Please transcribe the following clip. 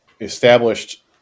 established